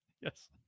Yes